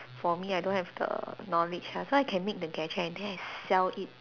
for me I don't have the knowledge ah so I can make the gadget and then I sell it